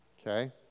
okay